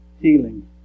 healing